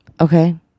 Okay